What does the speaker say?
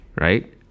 right